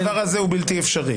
הדבר הזה הוא בלתי אפשרי.